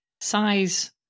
size